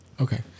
Okay